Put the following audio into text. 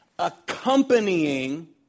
Accompanying